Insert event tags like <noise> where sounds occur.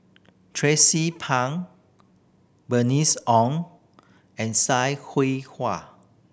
Tracie Pang Bernice Ong and Sai <unintelligible>